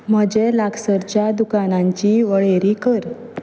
म्हजे लागसरच्या दुकानांची वळेरी कर